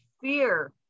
fear